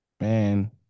Man